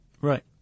Right